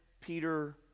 Peter